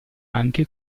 anche